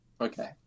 Okay